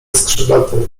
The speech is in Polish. skrzydlaty